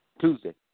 Tuesday